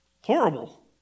horrible